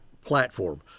platform